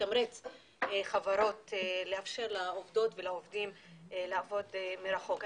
שיתמרץ חברות לאפשר לעובדות ולעובדים לעבוד מרחוק.